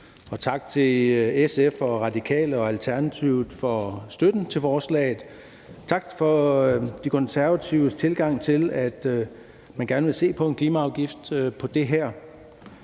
sige tak til SF, Radikale og Alternativet for støtten til forslaget og tak til De Konservative for deres tilgang, i forhold til at man gerne vil se på en klimaafgift på det her